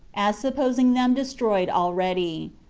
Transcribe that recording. as supposing them destroyed already.